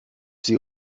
sie